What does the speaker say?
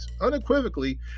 Unequivocally